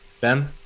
ben